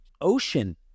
ocean